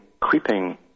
creeping